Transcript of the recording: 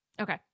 okay